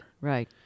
right